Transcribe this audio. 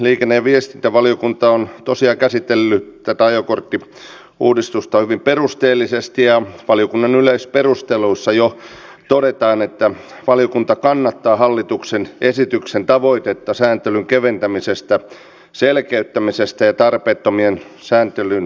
liikenne ja viestintävaliokunta on tosiaan käsitellyt tätä ajokorttiuudistusta hyvin perusteellisesti ja valiokunnan yleisperusteluissa jo todetaan että valiokunta kannattaa hallituksen esityksen tavoitetta sääntelyn keventämisestä selkeyttämisestä ja tarpeettoman sääntelyn purkamisesta